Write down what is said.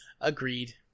Agreed